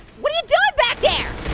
what are you doing back there?